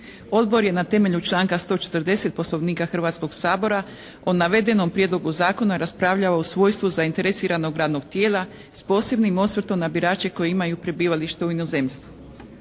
Odbor je na temelju članka 140. Poslovnika Hrvatskog sabora o navedenom Prijedlogu Zakona raspravljao u svojstvu zainteresiranog radnog tijela s posebnim osvrtom na birače koji imaju prebivalište u inozemstvu.